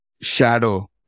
shadow